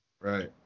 Right